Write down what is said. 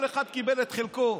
כל אחד קיבל את חלקו.